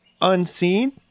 unseen